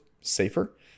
safer